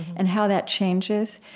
and how that changes.